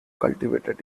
cultivated